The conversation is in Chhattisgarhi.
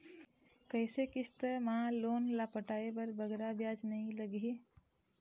कइसे किस्त मा लोन ला पटाए बर बगरा ब्याज नहीं लगही?